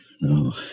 No